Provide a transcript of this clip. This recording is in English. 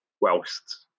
whilst